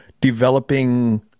developing